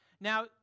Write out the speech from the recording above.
Now